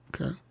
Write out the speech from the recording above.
Okay